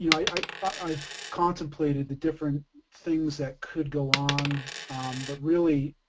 you know i've i've contemplated the different things that could go on but really